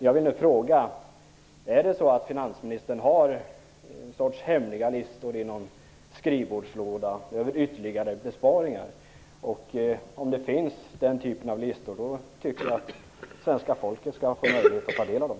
Jag vill nu fråga: Är det så att finansministern har en sorts hemliga listor över ytterligare besparingar i någon skrivbordslåda? Om den typen av lista finns tycker jag att det svenska folket skall få möjlighet att ta del av dem.